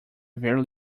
very